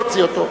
להוציא אותו.